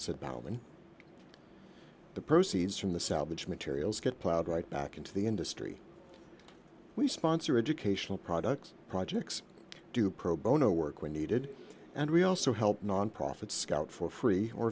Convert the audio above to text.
baum and the proceeds from the salvage materials get plowed right back into the industry we sponsor educational products projects do pro bono work when needed and we also help nonprofit scout for free or